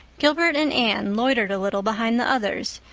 gilbert and anne loitered a little behind the others,